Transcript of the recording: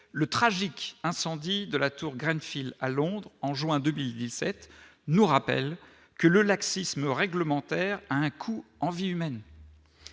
le tragique incendie de la tour Graine file à Londres en juin 2017 nous rappelle que le laxisme réglementaire un coût en vies humaines,